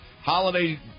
holiday